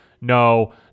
no